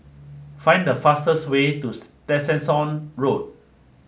find the fastest way to Tessensohn Road